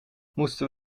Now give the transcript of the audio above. moesten